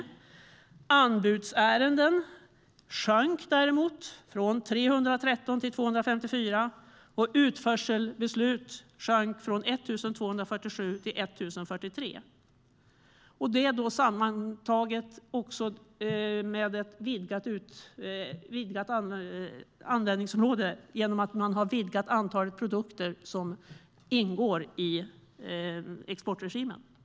Antalet anbudsärenden sjönk från 313 till 254, och antalet utförselbeslut sjönk från 1 247 till 1 043. Det innefattar ett utvidgat användningsområde eftersom antalet produkter som ingår i exportregimen har utökats.